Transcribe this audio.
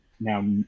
now